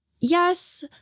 yes